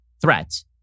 threats